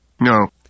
No